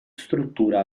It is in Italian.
struttura